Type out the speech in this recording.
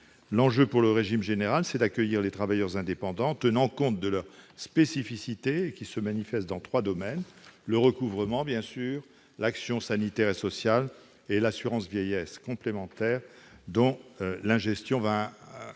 L'enjeu pour le régime général, c'est d'accueillir les travailleurs indépendants en tenant compte de leur spécificité, qui se manifeste dans trois domaines : le recouvrement, l'action sanitaire et sociale et l'assurance vieillesse complémentaire, dont la gestion va à l'avenir